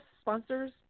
sponsors